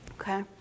Okay